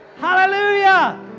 Hallelujah